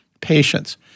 patients